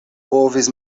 povis